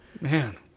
Man